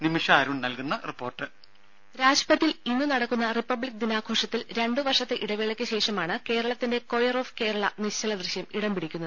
നിമിഷ അരുൺ നൽകുന്ന റിപ്പോർട്ട് ദ്ദേ രാജ്പഥിൽ ഇന്ന് നടക്കുന്ന റിപ്പബ്ലിക് ദിനാഘോഷത്തിൽ രണ്ട് വർഷത്തെ ഇടവേളയ്ക്ക് ശേഷമാണ് കേരളത്തിന്റെ കൊയർ ഓഫ് കേരള നിശ്ചല ദൃശ്യം ഇടംപിടിക്കുന്നത്